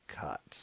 cuts